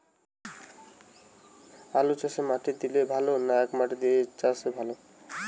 আলুচাষে মাটি দিলে ভালো না একমাটি দিয়ে চাষ ভালো?